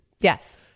Yes